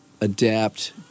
adapt